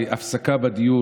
כשהייתה הפסקה בדיון,